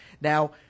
Now